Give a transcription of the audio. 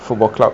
football club